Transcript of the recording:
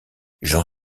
j’en